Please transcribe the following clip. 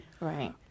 right